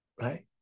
right